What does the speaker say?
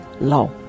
law